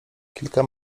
kilka